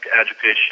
education